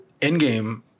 Endgame